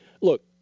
look